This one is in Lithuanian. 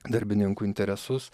darbininkų interesus